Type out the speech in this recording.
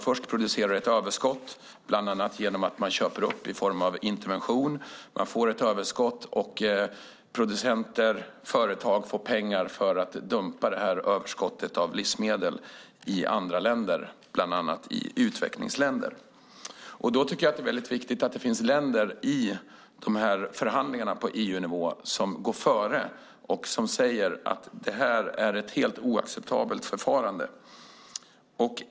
Först producerar man ett överskott av livsmedel, bland annat genom att köpa upp i form av intervention. Detta överskott får producenter och företag pengar för att dumpa i andra länder, bland annat i utvecklingsländer. Det är då viktigt att det finns länder i förhandlingarna på EU-nivå som går före och säger att detta är ett helt oacceptabelt förfarande.